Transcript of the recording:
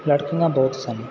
ਲੜਕੀਆਂ ਬਹੁਤ ਸਨ